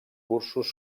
cursos